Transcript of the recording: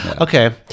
Okay